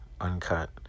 uncut